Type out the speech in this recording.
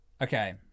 Okay